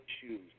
shoes